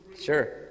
Sure